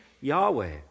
Yahweh